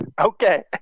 Okay